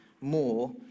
more